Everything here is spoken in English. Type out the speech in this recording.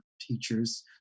teachers